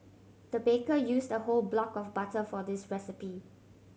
the baker used a whole block of butter for this recipe